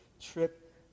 trip